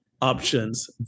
options